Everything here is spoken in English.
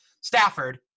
Stafford